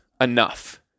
enough